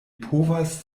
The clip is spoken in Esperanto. povas